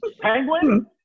Penguin